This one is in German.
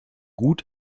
gut